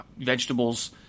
vegetables